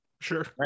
Sure